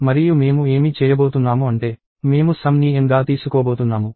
మరియు మేము ఏమి చేయబోతున్నాము అంటే మేము సమ్ ని N గా తీసుకోబోతున్నాము